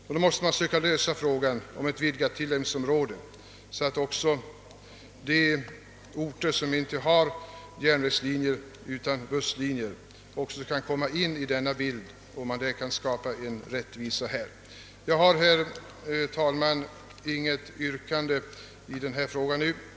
Därför måste man försöka lösa frågan om vidgat tillämpningsområde, så att rättvisa skapas och även de orter, som inte har järnvägslinjer utan bara har busslinjer, kan komma med i bilden. Jag har, herr talman, inte nu något yrkande i denna fråga.